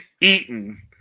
eaten